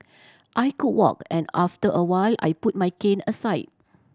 I could walk and after a while I put my cane aside